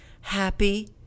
happy